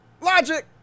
logic